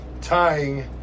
tying